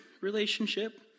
relationship